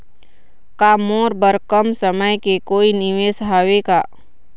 का मोर बर कम समय के कोई निवेश हावे का?